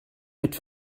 mit